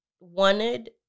wanted